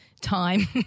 time